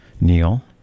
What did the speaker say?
Neil